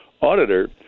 auditor